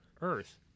Earth